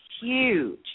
huge